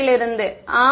மாணவர் ஆம்